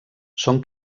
són